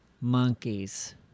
monkeys